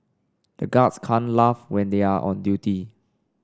the guards can't laugh when they are on duty